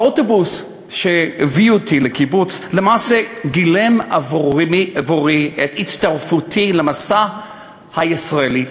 האוטובוס שהביא אותי לקיבוץ למעשה גילם עבורי את הצטרפותי למסע הישראלי,